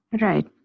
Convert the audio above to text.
right